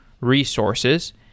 resources